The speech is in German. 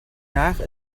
nach